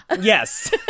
Yes